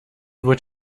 would